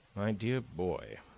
my dear boy,